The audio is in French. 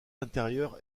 intérieure